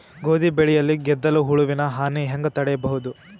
ಗೋಧಿ ಬೆಳೆಯಲ್ಲಿ ಗೆದ್ದಲು ಹುಳುವಿನ ಹಾನಿ ಹೆಂಗ ತಡೆಬಹುದು?